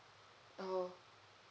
oh